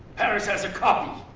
paris has a copy.